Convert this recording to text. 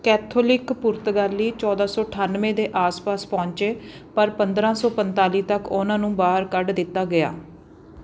Catholic ਪੁਰਤਗਾਲੀ ਚੌਦਾਂ ਸੌ ਅਠਾਨਵੇਂ ਦੇ ਆਸ ਪਾਸ ਪਹੁੰਚੇ ਪਰ ਪੰਦਰਾਂ ਸੌ ਪੰਤਾਲੀ ਤੱਕ ਉਨ੍ਹਾਂ ਨੂੰ ਬਾਹਰ ਕੱਢ ਦਿੱਤਾ ਗਿਆ